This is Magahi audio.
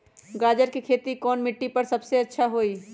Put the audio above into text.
गाजर के खेती कौन मिट्टी पर समय अच्छा से होई?